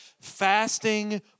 Fasting